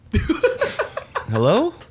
Hello